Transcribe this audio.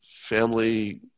family